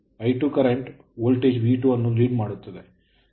I2 current voltage V2 ಅನ್ನು lead ಮಾಡುತ್ತದೆ ನಾವು ನೋಡಬಹುದು